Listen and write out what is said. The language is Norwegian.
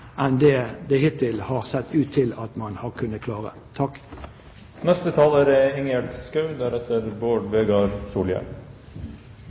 enn det det hittil har sett ut til at man har kunnet klare. Først vil jeg takke statsråden for redegjørelsen som hun holdt tidligere i dag. Stortinget har det